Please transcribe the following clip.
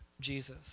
Jesus